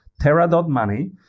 Terra.money